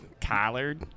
Collared